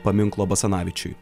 paminklo basanavičiui